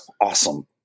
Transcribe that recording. Awesome